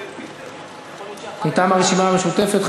מטעם הרשימה המשותפת,